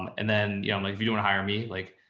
um and then, you know, like if you wanna hire me, like,